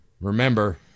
remember